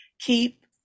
keep